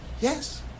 Yes